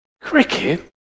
cricket